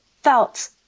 felt